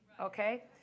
okay